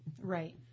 right